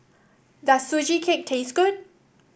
does Sugee Cake taste good